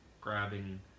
grabbing